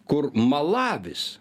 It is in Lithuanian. kur malavis